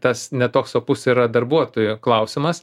tas ne toks opus yra darbuotojų klausimas